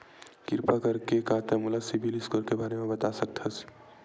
किरपा करके का तै मोला सीबिल स्कोर के बारे माँ बता सकथस?